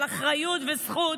של אחריות וזכות